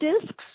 disks